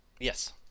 Yes